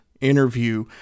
interview